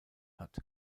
hat